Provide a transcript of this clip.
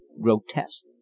grotesque